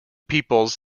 peoples